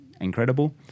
Incredible